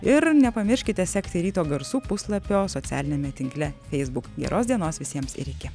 ir nepamirškite sekti ryto garsų puslapio socialiniame tinkle feisbuk geros dienos visiems ir iki